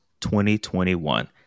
2021